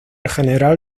general